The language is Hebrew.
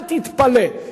אל תתפלא,